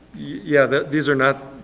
yeah, these are not,